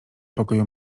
pokoju